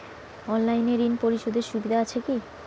অনলাইনে ঋণ পরিশধের সুবিধা আছে কি?